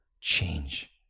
change